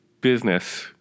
business